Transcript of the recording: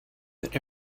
that